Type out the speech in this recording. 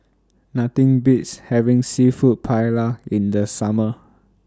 Nothing Beats having Seafood Paella in The Summer